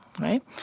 right